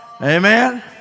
Amen